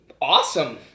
awesome